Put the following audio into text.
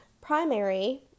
Primary